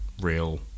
real